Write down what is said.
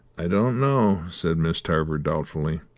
i don't know, said miss tarver doubtfully.